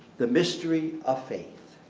the mystery of faith.